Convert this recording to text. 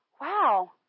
Wow